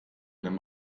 nimm